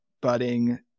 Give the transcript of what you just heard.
budding